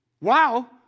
Wow